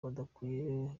badakwiye